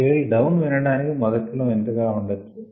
scale down వినడానికి మొదట్లో వింత గా ఉండచ్చు